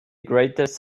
greatest